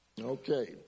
Okay